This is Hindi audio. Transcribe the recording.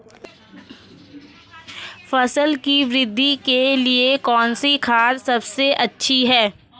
फसल की वृद्धि के लिए कौनसी खाद सबसे अच्छी है?